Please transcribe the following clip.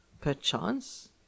perchance